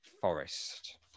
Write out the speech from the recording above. Forest